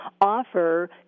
offer